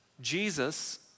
Jesus